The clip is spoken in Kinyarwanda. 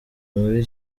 muri